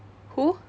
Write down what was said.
who